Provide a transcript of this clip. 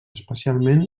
especialment